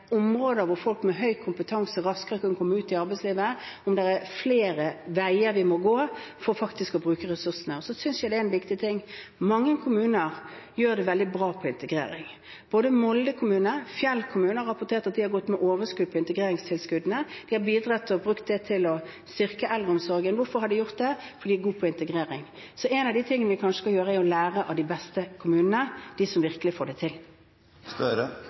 områder hvor folk med høy kompetanse raskere kan komme ut i arbeidslivet, om det er flere veier vi må gå for faktisk å bruke ressursene. Så synes jeg det er en viktig ting at mange kommuner gjør det veldig bra på integrering. Både Molde kommune og Fjell kommune har rapportert at de har gått med overskudd på integreringstilskuddene, og de har brukt det til å styrke eldreomsorgen. Hvorfor har de gjort det? Fordi de er gode på integrering. Så en av de tingene vi kanskje skal gjøre, er å lære av de beste kommunene, de som virkelig får det